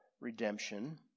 redemption